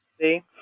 See